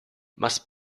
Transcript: must